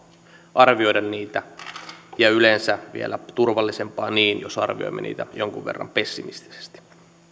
arvioida niitä ja yleensä on vielä turvallisempaa niin jos arvioimme niitä jonkin verran pessimistisesti